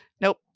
nope